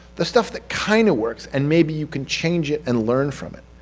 the stuff that kinda works and maybe you can change it and learn from it.